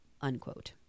Unquote